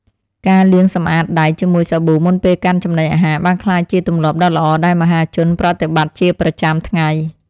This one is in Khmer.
ការលាងសម្អាតដៃជាមួយសាប៊ូមុនពេលកាន់ចំណីអាហារបានក្លាយជាទម្លាប់ដ៏ល្អដែលមហាជនប្រតិបត្តិជាប្រចាំថ្ងៃ។